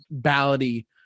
ballady